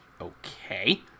Okay